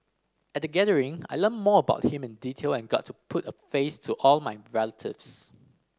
at the gathering I learnt more about him in detail and got to put a face to all my relatives